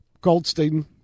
Goldstein